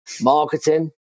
marketing